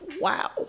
Wow